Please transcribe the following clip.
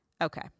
Okay